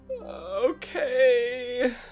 Okay